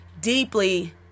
Deeply